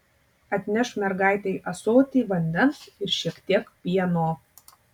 atnešk mergaitei ąsotį vandens ir šiek tiek pieno